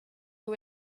who